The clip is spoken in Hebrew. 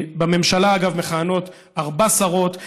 בממשלה, אגב, מכהנות ארבע שרות.